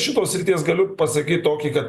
šitos srities galiu pasakyt tokį kad